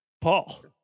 Paul